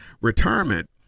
retirement